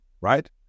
right